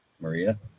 maria